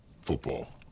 football